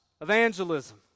evangelism